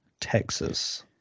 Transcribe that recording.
Texas